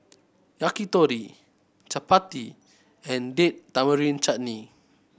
Yakitori Chapati and Date Tamarind Chutney